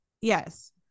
Yes